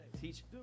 Teach